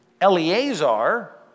Eleazar